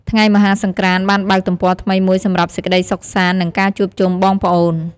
ថ្ងៃមហាសង្ក្រាន្តបានបើកទំព័រថ្មីមួយសម្រាប់សេចក្តីសុខសាន្ត និងការជួបជុំបងប្អូន។